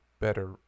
better